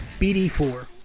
BD4